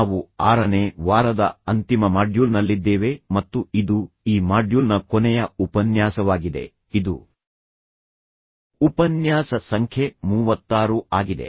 ನಾವು ಆರನೇ ವಾರದ ಅಂತಿಮ ಮಾಡ್ಯೂಲ್ನಲ್ಲಿದ್ದೇವೆ ಮತ್ತು ಇದು ಈ ಮಾಡ್ಯೂಲ್ನ ಕೊನೆಯ ಉಪನ್ಯಾಸವಾಗಿದೆ ಇದು ಉಪನ್ಯಾಸ ಸಂಖ್ಯೆ ಮೂವತ್ತಾರು ಆಗಿದೆ